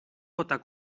votar